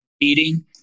eating